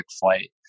flight